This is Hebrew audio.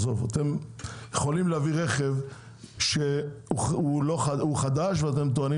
אתם יכולים להביא רכב שהוא חדש ואתם טוענים